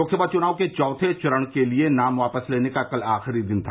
लोकसभा चुनाव के चौथे चरण के लिए नाम वापस लेने का कल आखिरी दिन था